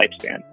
lifespan